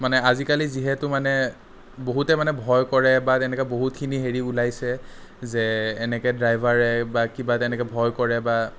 মানে আজিকালি যিহেতু মানে বহুতে মানে ভয় কৰে বা তেনেকে বহুতখিনি হেৰি ওলাইছে যে এনেকে ড্ৰাইভাৰে বা কিবা তেনেকে ভয় কৰে বা